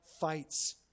fights